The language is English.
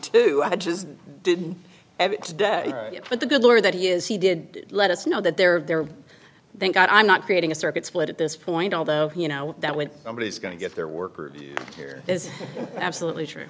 do i just didn't have it today but the good lord that he is he did let us know that they're there i think i'm not creating a circuit split at this point although you know that when somebody is going to get their workers here is absolutely true